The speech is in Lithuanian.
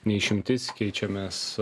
ne išimtis keičiamės